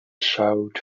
showed